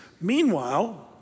Meanwhile